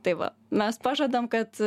tai va mes pažadam kad